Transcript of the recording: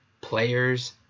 players